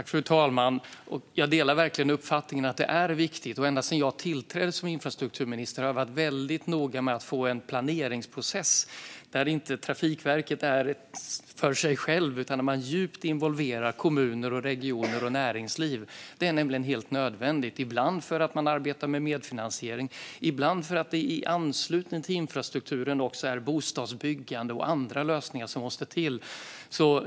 Fru talman! Jag delar verkligen uppfattningen att det är viktigt. Ända sedan jag tillträdde som infrastrukturminister har jag varit väldigt noga med att få en planeringsprocess där Trafikverket inte är för sig självt utan djupt involverar kommuner, regioner och näringsliv. Det är nämligen helt nödvändigt, ibland för att man arbetar med medfinansiering, ibland för att det i anslutning till infrastrukturen också måste till bostadsbyggande och andra lösningar.